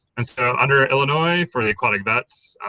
and so under ah illinois for the aquatic vets,